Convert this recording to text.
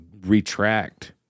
retract